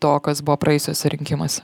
to kas buvo praėjusiuose rinkimuose